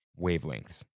wavelengths